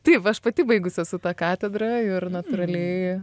taip aš pati baigus esu tą katedrą ir natūraliai